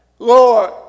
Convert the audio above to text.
Lord